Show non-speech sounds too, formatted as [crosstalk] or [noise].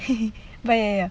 [laughs] but ya ya